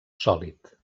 sòlid